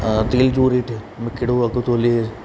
तेल जो रेट में कहिड़ो अघ थो हले